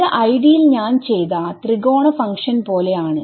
ഇത് ID യിൽ ഞാൻ ചെയ്ത ത്രികോണ ഫങ്ക്ഷൻ പോലെ ആണ്